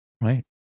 Right